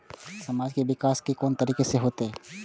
समाज के विकास कोन तरीका से होते?